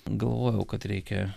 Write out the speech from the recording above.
galvojau kad reikia